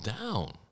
down